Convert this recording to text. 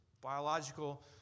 biological